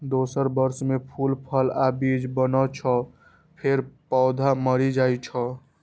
दोसर वर्ष मे फूल, फल आ बीज बनै छै, फेर पौधा मरि जाइ छै